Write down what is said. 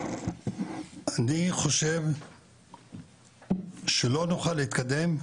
אני חושב שלא נוכל להתקדם,